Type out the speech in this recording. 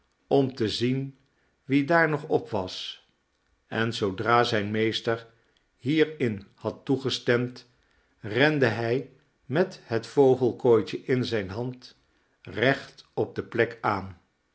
om te zien wie daar nog op was en zoodra zijn meester hierin had toegestemd rende hij met het vogelkooitje in zijne hand recht op de plek aan